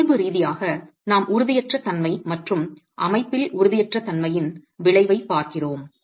இயல்பு ரீதியாக நாம் உறுதியற்ற தன்மை மற்றும் அமைப்பில் உறுதியற்ற தன்மையின் விளைவைப் பார்க்கிறோம்